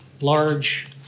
large